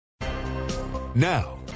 Now